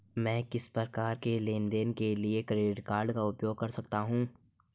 मैं किस प्रकार के लेनदेन के लिए क्रेडिट कार्ड का उपयोग कर सकता हूं?